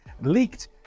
leaked